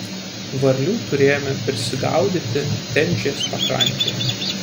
varlių turėjome prisigaudyti tenžės pakrantėje